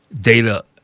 data